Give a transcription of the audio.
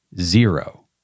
zero